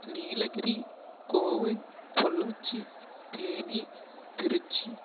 Nilgiri Kovai Pollachi Theni Trichy